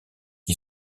qui